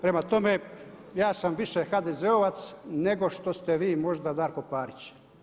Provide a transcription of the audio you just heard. Prema tome, ja sam više HDZ-ovac nego što ste vi možda Darko Parić.